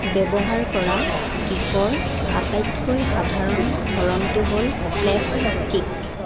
ব্যৱহাৰ কৰা কিকৰ আটাইতকৈ সাধাৰণ ধৰণটো হ'ল প্লেচ কিক